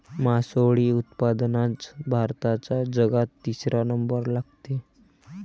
मासोळी उत्पादनात भारताचा जगात तिसरा नंबर लागते